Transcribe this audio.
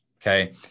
okay